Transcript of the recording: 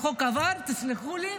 החוק עבר, תסלחו לי,